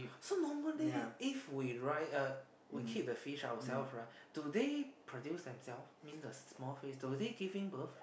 so normally if we run uh we keep the fish ourself right do they produce them self means the small fish do they giving birth